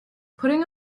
putting